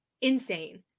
insane